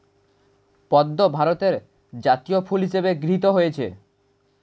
পদ্ম ভারতের জাতীয় ফুল হিসেবে গৃহীত হয়েছে